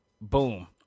boom